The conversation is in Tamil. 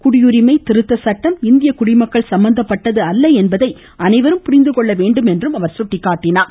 குடியுரிமை சட்டம் இந்திய குடிமக்கள் சம்மந்தப்பட்டது அல்ல என்பதை அனைவரும் புரிந்துகொள்ள வேண்டும் என்றும் சுட்டிக்காட்டினார்